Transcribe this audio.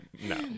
No